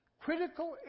critical